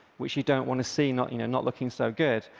which you don't want to see not you know not looking so good,